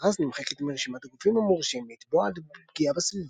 מלר"ז נמחקת מרשימת הגופים המורשים לתבוע על פגיעה בסביבה,